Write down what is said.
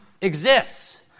exists